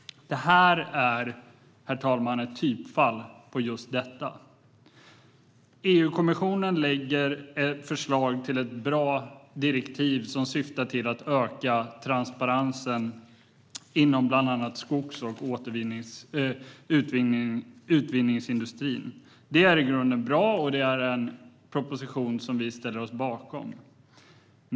Det här, herr talman, är ett typexempel på just detta. EU-kommissionen lägger fram ett förslag till ett bra direktiv som syftar till att öka transparensen inom bland annat skogs och utvinningsindustrin. Det är i grunden bra, och det är en proposition som vi ställer oss bakom.